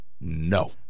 No